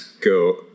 go